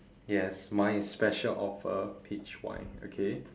yes mine is special offer peach wine okay